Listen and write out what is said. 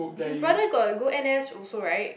his brother got go n_s also right